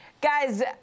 Guys